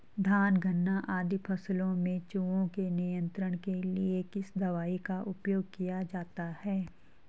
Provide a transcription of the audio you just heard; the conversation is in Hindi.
धान गन्ना आदि फसलों में चूहों के नियंत्रण के लिए किस दवाई का उपयोग किया जाता है?